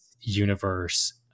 universe